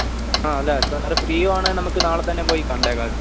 ആ അല്ല sir free ആകുവാണേൽ നമുക്ക് നാളെ തന്നെ പോയി കണ്ടേക്കാമായിരുന്നു